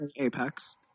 Apex